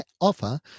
offer